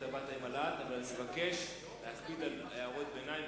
אבל אני מבקש להקפיד על הערות ביניים,